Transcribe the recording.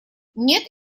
нет